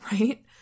Right